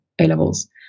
A-levels